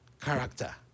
Character